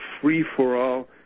free-for-all